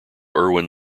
irwin